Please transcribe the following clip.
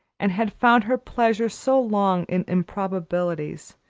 and had found her pleasure so long in improbabilities,